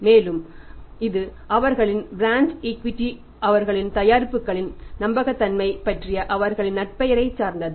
மேலும் இது அவர்களின் பிராண்ட் ஈக்விட்டி அவர்களின் தயாரிப்புகளின் நம்பகத்தன்மையைப் பற்றிய அவர்களின் நற்பெயரைச் சார்ந்தது